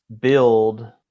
build